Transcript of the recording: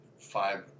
five